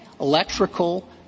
electrical